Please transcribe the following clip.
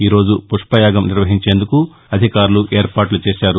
ఈరోజు పుష్పయాగం నిర్వహించేందుకు అధికారులు ఏర్పాట్లు చేశారు